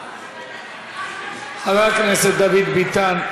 חבר הכנסת דוד ביטן,